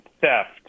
theft